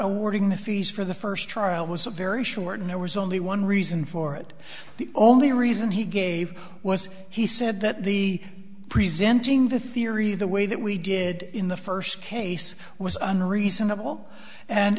awarding the fees for the first trial was a very short and there was only one reason for it the only reason he gave was he said that the presenting the theory the way that we did in the first case was under reasonable and